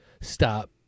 stop